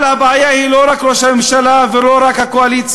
אבל הבעיה היא לא רק ראש הממשלה ולא רק הקואליציה,